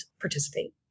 participate